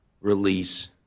release